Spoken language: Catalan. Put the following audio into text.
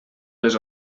les